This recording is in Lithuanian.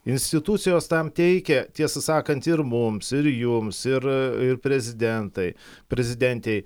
institucijos tam teikia tiesą sakant ir mums ir jums ir prezidentai prezidentei